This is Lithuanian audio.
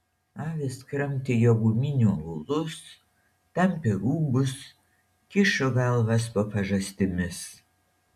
avys kramtė jo guminių aulus tampė rūbus kišo galvas po pažastimis